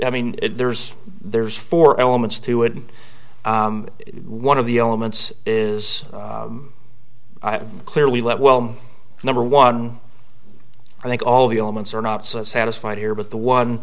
i mean there's there's four elements to it and one of the elements is clearly let well number one i think all the elements are not satisfied here but the